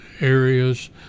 areas